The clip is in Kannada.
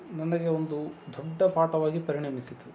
ನನಗೆ ಒಂದು ದೊಡ್ಡ ಪಾಠವಾಗಿ ಪರಿಣಮಿಸಿತು